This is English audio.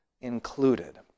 included